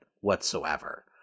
whatsoever